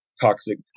toxic